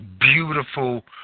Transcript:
beautiful